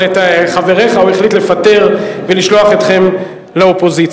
אבל את חבריך הוא החליט לפטר ולשלוח אתכם לאופוזיציה.